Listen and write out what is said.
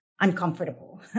uncomfortable